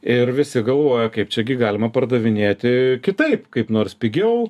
ir visi galvoja kaip čia gi galima pardavinėti kitaip kaip nors pigiau